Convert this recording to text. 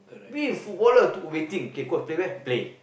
we footballer two waiting okay coach play where play